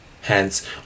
Hence